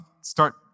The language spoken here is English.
start